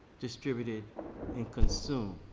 distributed and consumed.